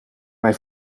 mij